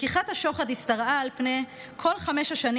לקיחת שוחד השתרעה על פני כל חמש השנים